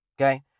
Okay